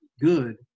good